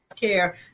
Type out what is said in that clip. care